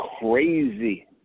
crazy